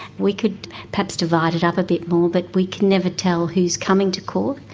we could perhaps divide it up a bit more, but we can never tell who is coming to court.